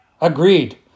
Agreed